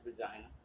vagina